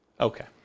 Okay